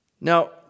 Now